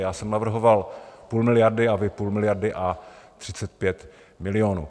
Já jsem navrhoval půl miliardy a vy půl miliardy a 35 milionů.